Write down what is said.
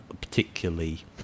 particularly